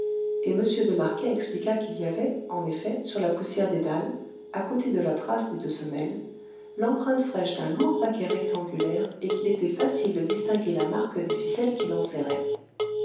m de marquet expliqua qu'il y avait en effet sur la poussière des dalles à côté de la trace des deux semelles l'empreinte fraîche d'un lourd paquet rectangulaire et qu'il était facile de distinguer la marque des ficelles qui